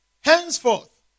Henceforth